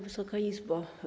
Wysoka Izbo!